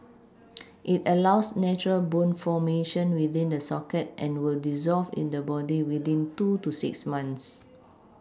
it allows natural bone formation within the socket and will dissolve in the body within two to six months